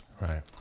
Right